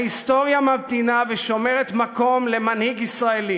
ההיסטוריה ממתינה ושומרת מקום למנהיג ישראלי